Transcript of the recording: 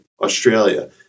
Australia